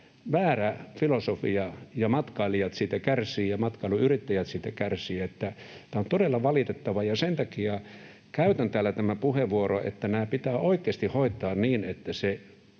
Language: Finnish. väärä filosofia, ja matkailijat siitä kärsivät ja matkailuyrittäjät siitä kärsivät. Tämä on todella valitettavaa, ja sen takia käytän täällä tämän puheenvuoron, että nämä pitää oikeasti hoitaa niin, että se